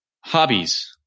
Hobbies